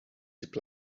zip